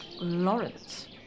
Lawrence